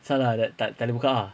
sia lah like tak ada buka ah